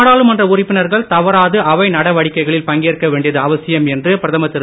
நாடாளுமன்ற உறுப்பினர்கள் தவறாது அவை நடவடிக்கைகளில் பங்கேற்க வேண்டியது அவசியம் என்று பிரதமர் திரு